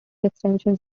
extensions